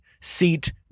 seat